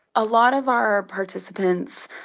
a lot of our participants,